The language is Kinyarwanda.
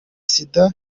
sida